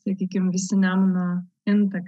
sakykim visi nemuno intakai